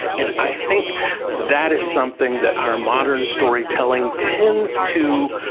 and i think that is something that our modern storytelling tends to,